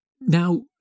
now